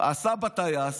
הסבא טייס,